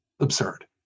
Absurd